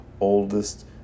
oldest